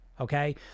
okay